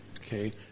Okay